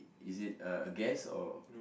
is it uh a guest or